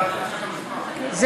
נכון.